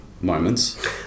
Moments